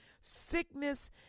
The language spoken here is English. Sickness